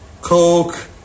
Coke